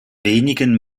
wenigen